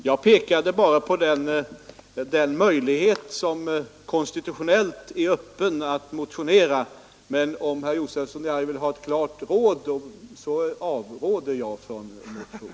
Herr talman! Jag pekade bara på den möjlighet som konstitutionellt är öppen, att motionera, men om herr Josefson i Arrie vill ha ett klart råd så avråder jag från att väcka en motion.